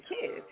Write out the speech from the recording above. kids